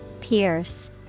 Pierce